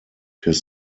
his